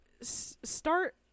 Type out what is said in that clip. start